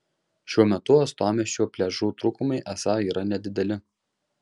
šiuo metu uostamiesčio pliažų trūkumai esą yra nedideli